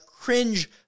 cringe